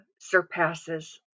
surpasses